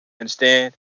Understand